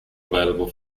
available